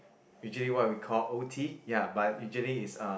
usually what we call o_t ya but usually is uh